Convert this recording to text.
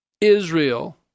Israel